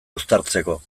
uztartzeko